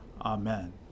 Amen